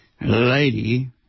Lady